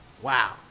wow